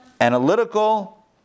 analytical